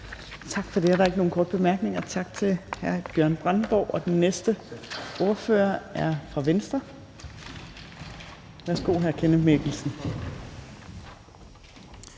Tak for det. Der er ikke nogen korte bemærkninger, så tak til hr. Bjørn Brandenborg. Den næste ordfører er fra Venstre. Værsgo til hr. Kenneth Mikkelsen.